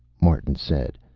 martin said.